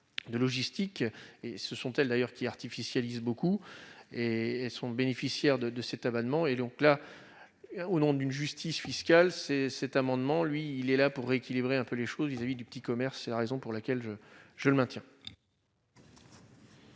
de logistique et ce sont elles, d'ailleurs qui artificialiser beaucoup et et sont bénéficiaires de cet abonnement et donc là au nom d'une justice fiscale, c'est cet amendement, lui il est là pour rééquilibrer un peu les choses vis-à-vis du petit commerce, c'est la raison pour laquelle je je le maintiens.